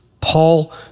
Paul